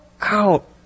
out